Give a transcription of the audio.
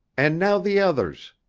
and now the others!